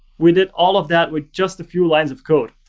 we did all of that with just a few lines of code.